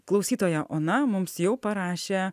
klausytoja ona mums jau parašė